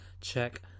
check